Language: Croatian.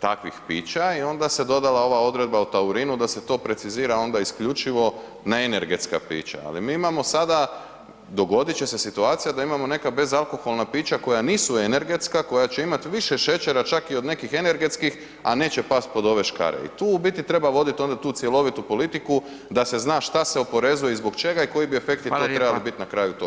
takvih pića i onda se dodala ova odredba o taurinu da se to precizira onda isključivo na energetska pića ali mi imamo sada, dogodit će se situacija da imamo neka bezalkoholna pića koja nisu energetska, koja će imat više šećera čak i od nekih energetskih a neće past pod ove škare i tu u biti treba vodit onda tu cjelovitu politiku da se zna šta se oporezuje i zbog čega i koji bi efekti tu trebali biti na kraju toga.